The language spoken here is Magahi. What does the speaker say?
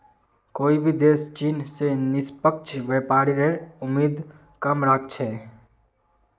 कोई भी देश चीन स निष्पक्ष व्यापारेर उम्मीद कम राख छेक